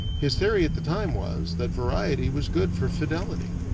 his theory at the time was, that variety was good for fidelity.